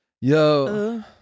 Yo